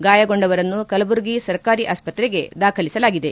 ಗಾಯಗೊಂಡವರನ್ನು ಕಲಬುರಗಿ ಸರ್ಕಾರಿ ಆಸ್ಪತ್ರೆಗೆ ದಾಖಲಿಸಲಾಗಿದೆ